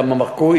למה מחקו,